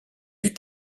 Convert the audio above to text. est